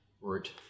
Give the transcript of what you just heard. Root